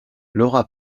laura